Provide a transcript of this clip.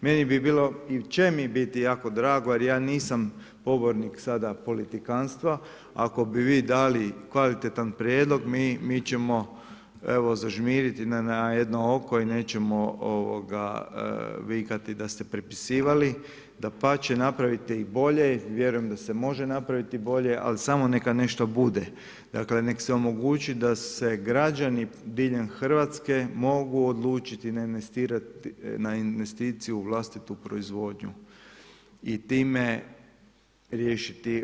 Meni bi bilo i će mi biti jako drago jer ja nisam pobornik sada politikanstva ako bi vi dali kvalitetan prijedlog, mi ćemo evo zažmiriti na jedno oko i nećemo vikati da ste prepisivali, dapače napravite i bolje, vjerujem da se može napraviti bolje ali samo neka nešto bude, dakle nek se omogući da se građani diljem Hrvatske mogu odlučiti investirati na investiciju u vlastitoj proizvodnju i time riješiti.